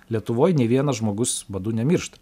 lietuvoj nei vienas žmogus badu nemiršta